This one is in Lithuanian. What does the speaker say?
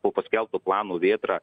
po paskelbto plano vėtra